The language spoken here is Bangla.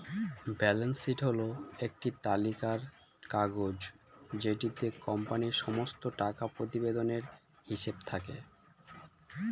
ব্যালান্স শীট হল একটি তালিকার কাগজ যেটিতে কোম্পানির সমস্ত টাকা প্রতিবেদনের হিসেব থাকে